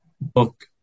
book